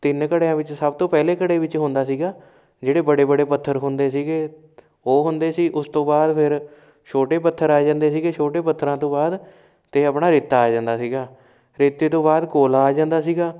ਤਿੰਨ ਘੜਿਆਂ ਵਿੱਚ ਸਭ ਤੋਂ ਪਹਿਲੇ ਘੜੇ ਵਿੱਚ ਹੁੰਦਾ ਸੀਗਾ ਜਿਹੜੇ ਬੜੇ ਬੜੇ ਪੱਥਰ ਹੁੰਦੇ ਸੀਗੇ ਉਹ ਹੁੰਦੇ ਸੀ ਉਸ ਤੋਂ ਬਾਅਦ ਫਿਰ ਛੋਟੇ ਪੱਥਰ ਆ ਜਾਂਦੇ ਸੀਗੇ ਛੋਟੇ ਪੱਥਰਾਂ ਤੋਂ ਬਾਅਦ ਅਤੇ ਆਪਣਾ ਰੇਤਾ ਆ ਜਾਂਦਾ ਸੀਗਾ ਰੇਤੇ ਤੋਂ ਬਾਅਦ ਕੋਲਾ ਆ ਜਾਂਦਾ ਸੀਗਾ